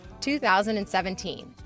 2017